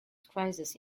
crises